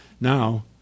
now